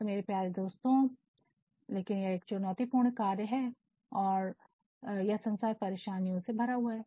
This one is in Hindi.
तो मेरे प्यारे दोस्तों लेकिन एक चुनौतीपूर्ण कार्य है और यह संसार परेशानियों से भरा हुआ है